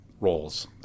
roles